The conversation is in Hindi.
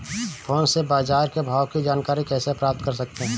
फोन से बाजार के भाव की जानकारी कैसे प्राप्त कर सकते हैं?